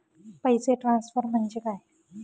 पैसे ट्रान्सफर म्हणजे काय?